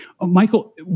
Michael